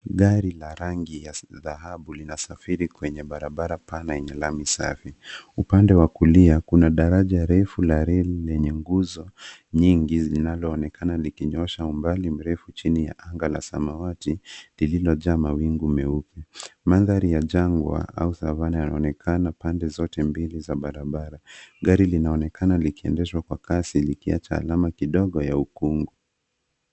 Gari la rangi ya dhahabu linasafiri kwenye barabara pana enye lami safi upande wa kulia kuna daraja refu la reli lenye nguzo nyingi zinaloonekana likinyoosha umbali mrefu chini ya anga la samawati lililojaa mawingu meupe. Mandhari ya jangwa au savana yanaonekana pande zote mbili za barabara. Gari linaonekana likiendeshwa kwa kasi likiacha alama kidogo ya ukungu.